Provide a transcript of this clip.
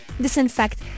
disinfect